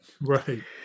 right